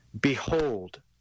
Behold